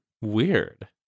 Weird